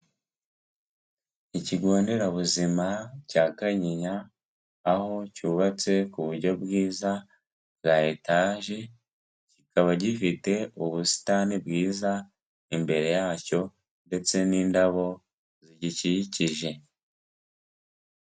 Ikigo nderabuzima cya Kanyinya, aho cyubatse ku buryo bwiza bwa etaje, kikaba gifite ubusitani bwiza imbere yacyo, ndetse n'indabo zigikikije.